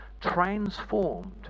transformed